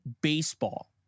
baseball